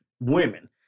women